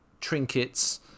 trinkets